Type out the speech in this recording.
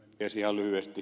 ihan lyhyesti